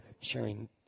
sharing